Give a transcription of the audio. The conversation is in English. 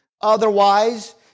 Otherwise